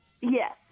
Yes